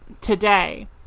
today